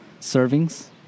servings